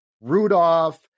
rudolph